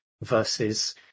versus